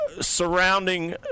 surrounding –